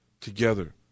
together